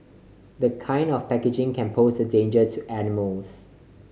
the kind of packaging can pose a danger to animals